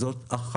זה אחד